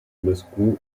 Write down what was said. moscou